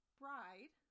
bride